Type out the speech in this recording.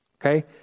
Okay